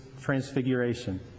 transfiguration